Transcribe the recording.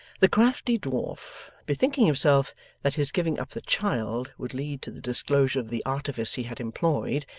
the crafty dwarf, bethinking himself that his giving up the child would lead to the disclosure of the artifice he had employed,